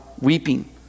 weeping